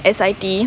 S_I_T